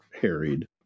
harried